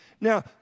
Now